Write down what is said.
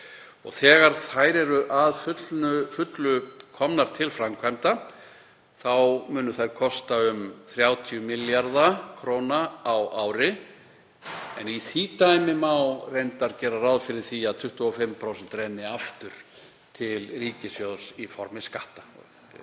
Þegar þær eru að fullu komnar til framkvæmda munu þær kosta um 30 milljarða kr. á ári en í því dæmi má reyndar gera ráð fyrir því að 25% renni aftur til ríkissjóðs í formi skatta.